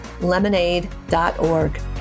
lemonade.org